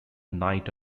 knight